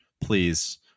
please